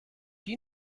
you